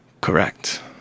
Correct